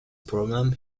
problem